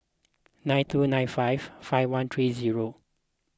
nine two nine five five one three zero